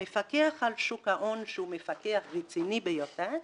המפקח על שוק ההון, שהוא מפקח רציני ביותר,